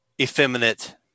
effeminate